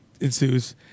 ensues